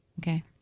okay